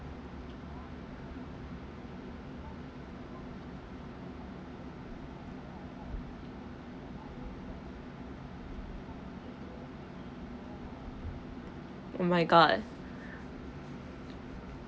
oh my god